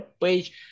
page